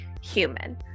human